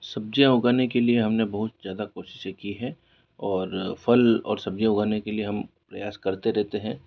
सब्जियाँ उगाने के लिए हमने बहुत ज़्यादा कोशिशें की हैं और फल और सब्जियाँ उगाने के लिए हम प्रयास करते रहते हैं